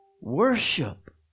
Worship